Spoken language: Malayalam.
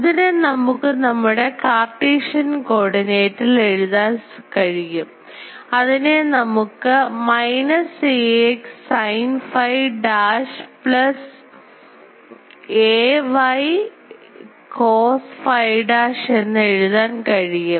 ഇതിനെ നമുക്ക് നമ്മുടെ കാർട്ടീഷ്യൻ കോർഡിനേറ്റ്ൽ എഴുതാൻ കഴിയും ഇതിനെ നമുക്ക് minus ax sin phi dash plus ay cos phi dash എന്ന് എഴുതാൻ കഴിയും